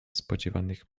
spodziewanych